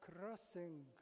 crossing